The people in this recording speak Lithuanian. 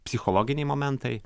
psichologiniai momentai